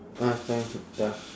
ah changi ya